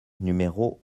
numéro